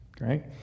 Right